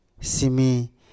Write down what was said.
simi